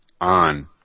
on